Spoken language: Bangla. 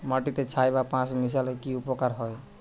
মাটিতে ছাই বা পাঁশ মিশালে কি উপকার হয়?